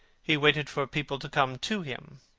he waited for people to come to him.